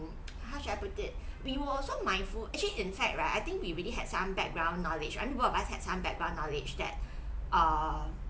how should I put it we will also mindful actually in fact right I think we really had some background knowledge I mean both of us had some background knowledge that err